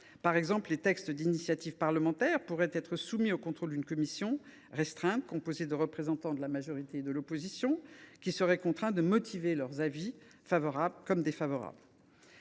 Par exemple, les textes d’initiative parlementaire pourraient être soumis au contrôle d’une commission restreinte, composée de représentants de la majorité et de l’opposition, qui seraient contraints de motiver leurs avis, favorables comme défavorables.